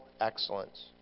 excellence